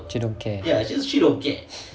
she don't care